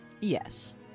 Yes